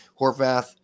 Horvath